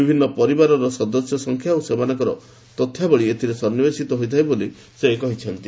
ବିଭିନ୍ନ ପରିବାରର ସଦସ୍ୟ ସଂଖ୍ୟା ଏବଂ ଅନ୍ୟାନ୍ୟ ତଥ୍ୟାବଳୀ ଏଥିରେ ସନ୍ନିବେଶିତ ହୋଇଥାଏ ବୋଲି ସେ କହିଛନ୍ତି